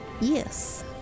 Yes